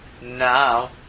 now